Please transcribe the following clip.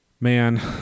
Man